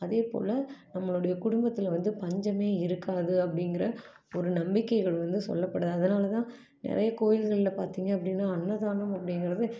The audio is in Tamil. அதேபோல் நம்மளுடைய குடும்பத்தில் வந்து பஞ்சமே இருக்காது அப்படிங்கிற ஒரு நம்பிக்கைகள் வந்து சொல்லப்படுது அதனால தான் நிறைய கோயில்களில் பார்த்திங்கன்னா அப்படின்னா அன்னதானம் அப்படிங்கிறது